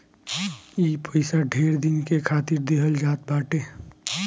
ई पइसा ढेर दिन के खातिर देहल जात बाटे